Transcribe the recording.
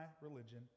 religion